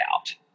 out